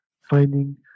finding